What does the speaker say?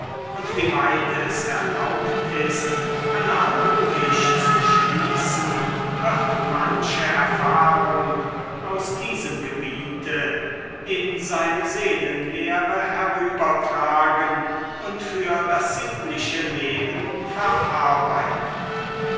und wie weit es erlaubt ist analogisch zu schließen wird manche erfahrung aus diesem gebiete in seine seelenlehre herübertragen und für das sittliche leben verarbeiten